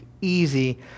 easy